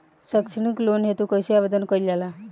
सैक्षणिक लोन हेतु कइसे आवेदन कइल जाला?